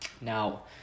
now